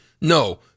No